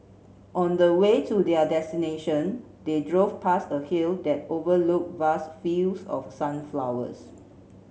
on the way to their destination they drove past a hill that overlooked vast fields of sunflowers